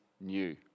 new